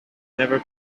never